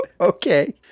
Okay